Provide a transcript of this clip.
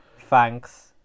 Thanks